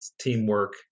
teamwork